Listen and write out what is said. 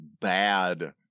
bad